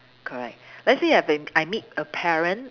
correct let's say I've been I meet a parent